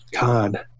God